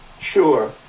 Sure